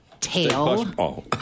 tail